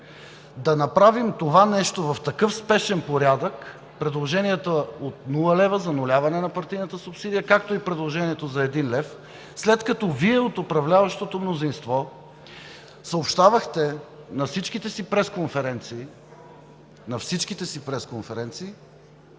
да направим това нещо в такъв спешен порядък – предложението за нула лева, зануляване на партийната субсидия, както и предложението за един лев, след като Вие от управляващото мнозинство съобщавахте на всичките си пресконференции, че ще има обществено